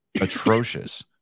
atrocious